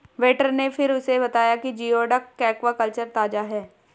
waiter ने फिर उसे बताया कि जिओडक एक्वाकल्चर ताजा है